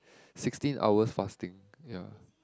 sixteen hours fasting ya